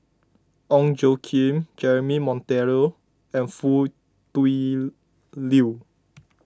Ong Tjoe Kim Jeremy Monteiro and Foo Tui Liew